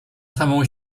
samą